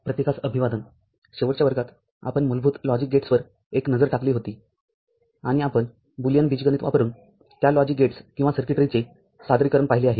प्रत्येकास अभिवादन शेवटच्या वर्गातआपण मूलभूत लॉजिक गेट्सवर एक नजर टाकली होती आणि आपण बुलियन बीजगणित वापरुन त्या लॉजिक गेट्स किंवा सर्किटरीचेसादरीकरण पाहिले आहे